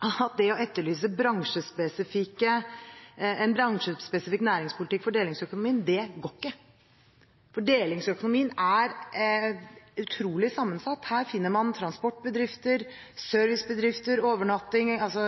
at det å etterlyse en bransjespesifikk næringspolitikk for delingsøkonomien går ikke, for delingsøkonomien er utrolig sammensatt. Her finner man transportbedrifter, servicebedrifter,